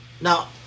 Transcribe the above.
Now